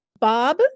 Bob